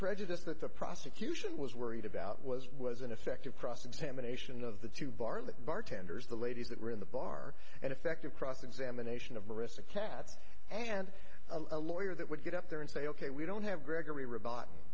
prejudice that the prosecution was worried about was was an effective cross examination of the two barlett bartenders the ladies that were in the bar and effective cross examination of aristocats and a lawyer that would get up there and say ok we don't have gregory r